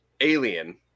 Alien